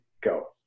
Go